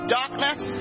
darkness